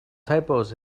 typos